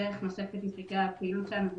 דרך נוספת להסתכל על הפעילות שלנו היא